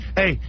hey